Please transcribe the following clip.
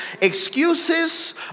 Excuses